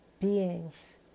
beings